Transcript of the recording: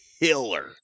killer